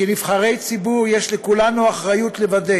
כנבחרי ציבור יש לכולנו אחריות לוודא